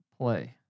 play